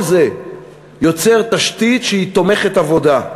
כל זה יוצר תשתית שהיא תומכת עבודה,